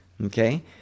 Okay